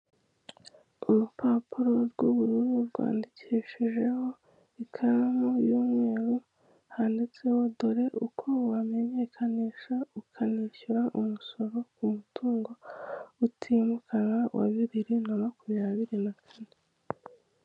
Urupapuro rw'ubururu rwandikishijeho ikaramu y'umweru handitseho "dore uko wamenyekanisha ukanishyura umusoro ku mutungo utimukanwa wa bibiri na makumyabiri na kane."